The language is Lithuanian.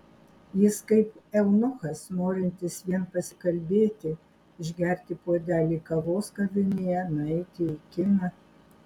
jis kaip eunuchas norintis vien pasikalbėti išgerti puodelį kavos kavinėje nueiti į kiną